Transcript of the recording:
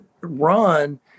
run